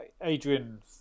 Adrian